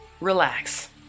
relax